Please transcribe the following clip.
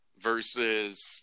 versus